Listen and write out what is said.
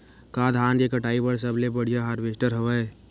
का धान के कटाई बर सबले बढ़िया हारवेस्टर हवय?